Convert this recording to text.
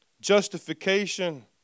justification